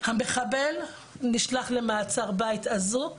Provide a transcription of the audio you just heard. המחבל נשלח למעצר בית אזוק,